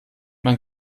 man